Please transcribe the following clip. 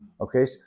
okay